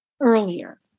earlier